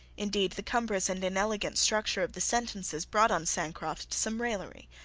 indeed, the cumbrous and inelegant structure of the sentences brought on sancroft some raillery,